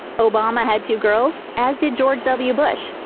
obama had two girls, as did george w. bush.